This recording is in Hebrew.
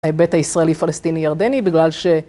היבט הישראלי-פלסטיני-ירדני בגלל ש...